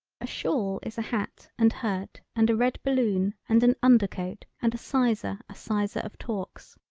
a shawl is a hat and hurt and a red ballon and an under coat and a sizer a sizer of talks.